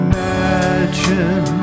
Imagine